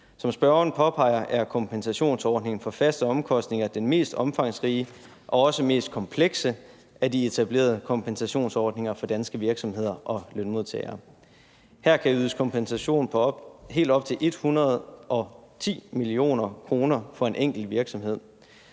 Som spørgeren påpeger, er kompensationsordningen for faste omkostninger den mest omfangsrige og også mest komplekse af de etablerede kompensationsordninger for danske virksomheder og lønmodtagere. Her kan ydes kompensation på helt op til 110 mio. kr. til en enkelt virksomhed.